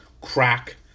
crack